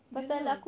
bila